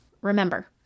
Remember